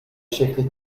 شکل